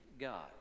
God